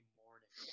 morning